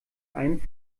einen